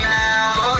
now